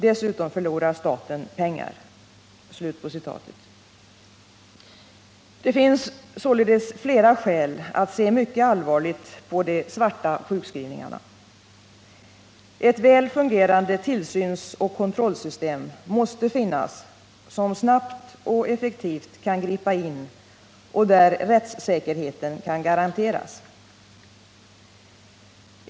Dessutom förlorar staten pengar.” Det finns således flera skäl att se mycket allvarligt på de ”svarta” sjukskrivningarna. Ett väl fungerande tillsynsoch kontrollsystem måste finnas, som snabbt och effektivt kan gripa in och där rättssäkerheten kan garanteras.